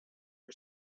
for